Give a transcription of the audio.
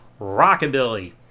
Rockabilly